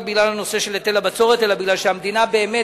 בגלל היטל הבצורת אלא מפני שהמדינה באמת